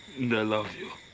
love you.